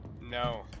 No